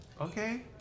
Okay